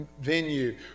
venue